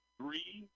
three